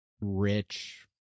rich